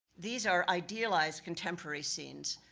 these are idealized contemporary scenes,